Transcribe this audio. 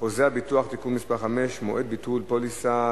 חוזה הביטוח (תיקון מס' 5) (מועד ביטול פוליסה),